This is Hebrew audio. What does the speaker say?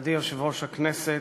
מכובדי יושב-ראש הכנסת,